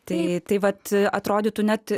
tai taip pat atrodytų net